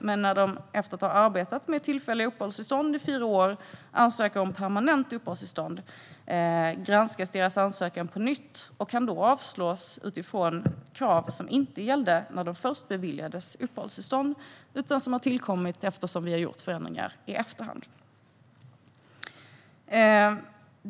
Men om de efter att de har arbetat med tillfälliga uppehållstillstånd i fyra år ansöker om permanent uppehållstillstånd granskas deras ansökan på nytt och kan då avslås utifrån krav som inte gällde när de först beviljades uppehållstillstånd. De kraven har tillkommit allteftersom vi har gjort förändringar i efterhand.